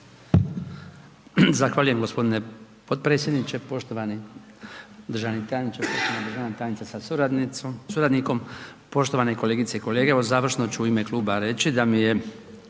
Zahvaljujem gospodine potpredsjedniče, poštovani državni tajniče, poštovana državna tajnice sa suradnikom, poštovane kolegice i kolege. Evo završno ću u ime kluba reći da mi je